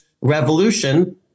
revolution